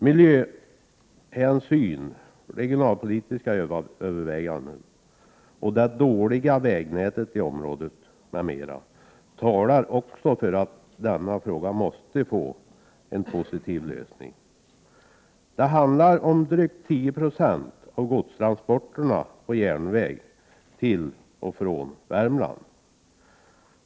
Miljöhänsyn, regionalpolitiska överväganden och det dåliga vägnätet i området m.m. talar också för att denna fråga måste få en positiv lösning. Det handlar om drygt 10 26 av godstransporterna på järnväg till och från Värmland.